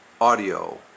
audio